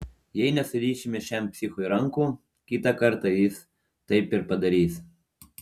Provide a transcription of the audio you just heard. jei nesurišime šiam psichui rankų kitą kartą jis taip ir padarys